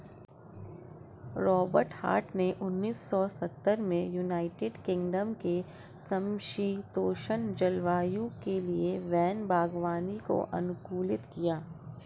Robert Hart ने उन्नीस सौ सत्तर में यूनाइटेड किंगडम के समषीतोष्ण जलवायु के लिए वैन बागवानी को अनुकूलित किया